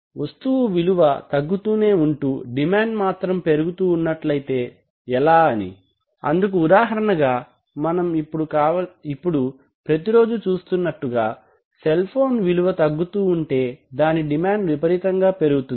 వస్తువు విలువ తగ్గుతూనే ఉంటూ డిమాండ్ మాత్రం పెరుగుతున్నట్లైతే ఎలా అని అందుకు ఉదాహరణగా మనకు ఇప్పుడు ప్రతి రోజూ చూస్తున్నటుగా సెల్ ఫోన్ విలువ తగ్గుతుంటే దాని డిమాండ్ విపరీతంగా పెరుగుతుంది